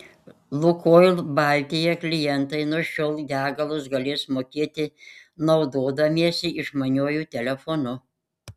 lukoil baltija klientai nuo šiol degalus galės mokėti naudodamiesi išmaniuoju telefonu